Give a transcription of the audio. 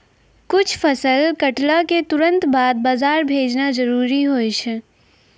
कुछ फसल कटला क तुरंत बाद बाजार भेजना जरूरी होय छै